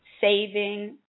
saving